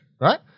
right